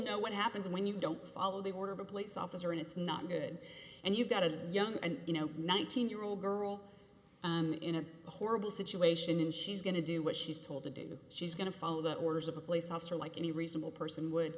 know what happens when you don't follow the order of a police officer and it's not good and you've got a young and you know nineteen year old girl in a horrible situation and she's going to do what she's told to do she's going to follow the orders of a police officer like any reasonable person would